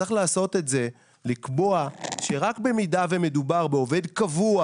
צריך לקבוע שרק במידה ומדובר בעובד קבוע